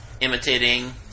imitating